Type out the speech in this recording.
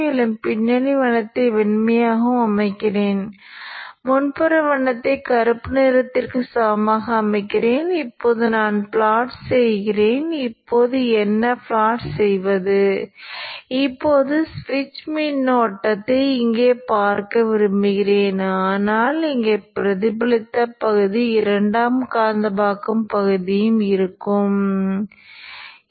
மின்மாற்றியில் முதன்மை கசிவு தொடர் அதனுடன் உள்ளது டிரான்சிஸ்டரின் போது இந்த கசிவு காந்தமாக்கல் மற்றும் சுமை பிரதிபலித்த கூறு இரண்டையும் கொண்டிருந்தது